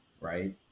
right